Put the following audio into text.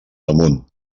damunt